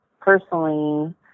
personally